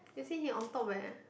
you see he on top eh